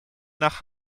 nach